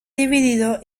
dividido